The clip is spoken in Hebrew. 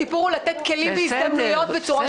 הסיפור הוא לתת כלים והזדמנויות בצורה